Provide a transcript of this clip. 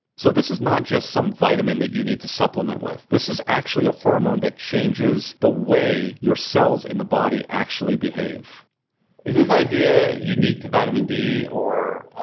so this is not just some vitamin that you need to supplement with this is actually a hormone that changes the way your cells in the body actually behave. kyle is this idea unique to vitamin d or